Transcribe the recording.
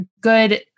good